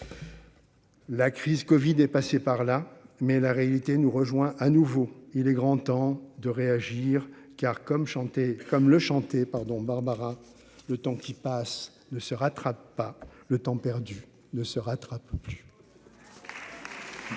La crise Covid est passé par là, mais la réalité nous rejoint à nouveau, il est grand temps de réagir car comme chanter, comme le chantait pardon Barbara le temps qui passe ne se rattrape pas le temps perdu ne se rattrape plus.